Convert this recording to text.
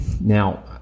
Now